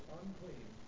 unclean